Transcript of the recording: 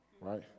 right